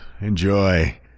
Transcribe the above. Enjoy